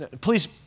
Please